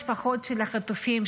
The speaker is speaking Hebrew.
משפחות החטופים,